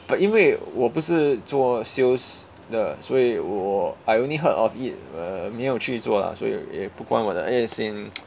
but 因为我不是做 sales 的所以我 I only heard of it uh 没有去做 lah 所以也不关我的 eh as in